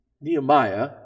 Nehemiah